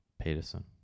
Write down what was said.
Peterson